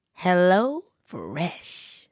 HelloFresh